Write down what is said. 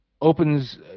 opens